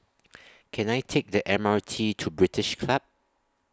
Can I Take The M R T to British Club